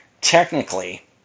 technically